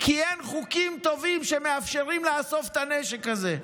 כי אין חוקים טובים שמאפשרים לאסוף את הנשק הזה.